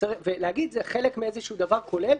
כדי להגיד שזה חלק מאיזשהו דבר כולל.